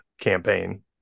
campaign